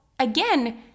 Again